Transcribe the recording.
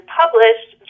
published